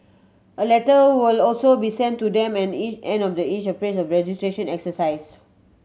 a letter will also be sent to them end E end of the each phase registration exercise